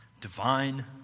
divine